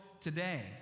today